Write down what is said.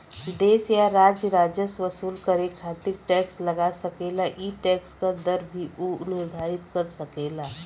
देश या राज्य राजस्व वसूल करे खातिर टैक्स लगा सकेला ई टैक्स क दर भी उ निर्धारित कर सकेला